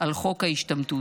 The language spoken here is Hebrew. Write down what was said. על חוק ההשתמטות,